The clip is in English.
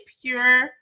pure